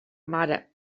mare